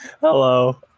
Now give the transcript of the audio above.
hello